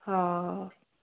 हा